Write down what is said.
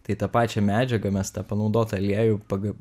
tai tą pačią medžiagą mes tą panaudotą aliejų paga